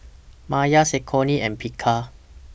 Mayer Saucony and Picard